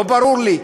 לא ברור לי.